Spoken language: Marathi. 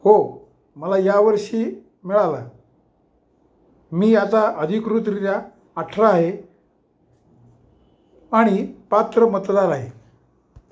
हो मला यावर्षी मिळाला मी आता अधिकृतरीत्या अठरा आहे आणि पात्र मतदार आहे